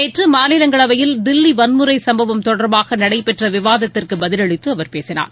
நேற்று மாநிலங்களவையில் தில்லி வன்முறை சும்பவம் தொடர்பாக நடைபெற்ற விவாதத்திற்கு பதிலளித்து அவர் பேசினார்